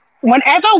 whenever